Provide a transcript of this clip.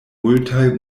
multaj